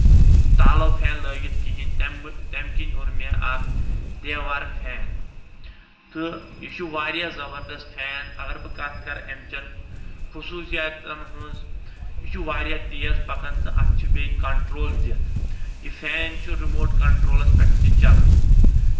تالو فین لٲگِتھ کِہنٛۍ تَمہِ کِنۍ اوٚن مےٚ اکھ دیٚوار فین تہٕ یہِ چھُ واریاہ زَبردست فین اَگر بہٕ کَتھ کَرٕ اَمِچیٚن خوٗصیٚاتن ہٕنٛز یہِ چھُ واریاہ تیز پَکان تہٕ اَتھ چھُ بیٚیہِ کَنٹرول دِتھ یہِ فین چھ رِموٹ کَنٹرولَس پٮ۪ٹھ تہِ چلان